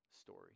story